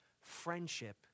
friendship